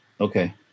okay